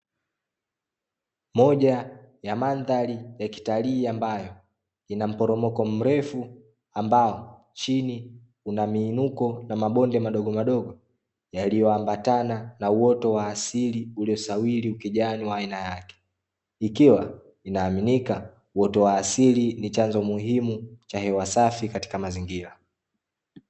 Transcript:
Moja ya mandhari ya kitalii ambayo ina mporomoko mrefu, ambao chini una miinuko na mabonde madogomadogo yaliyoambatana na uoto wa asili uliosawili ukijani wa aina yake, ikiwa inaaminika, uoto wa asili ni chanzo muhimu cha hewa safi katika mazingira.